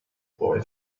boy